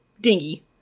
dingy